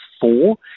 four